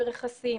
רכסים